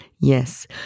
yes